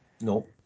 No